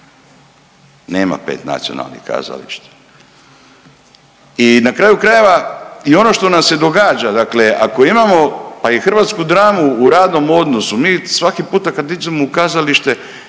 nema 5 nacionalnih kazališta. I na kraju krajeva i ono što nam se događa, dakle ako imamo pa i hrvatsku dramu u radnom odnosu mi svaki puta kad idemo u kazalište